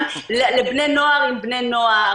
לבני נוער עם בני נוער